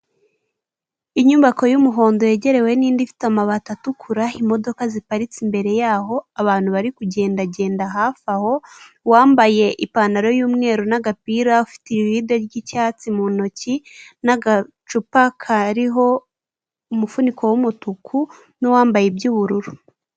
Inyubako y'umuhondo yegerewe n'indi ifite amabati atukura, imodoka ziparitse imbere yaho, abantu bari kugendagenda hafi aho, wambaye ipantaro y'umweru n'agapira, ufite ivide ry'icyatsi mu ntoki, n'agacupa kariho umufuniko w'umutuku, n'uwambaye iby'ubururu.